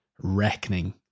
reckoning